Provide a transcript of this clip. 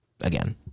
again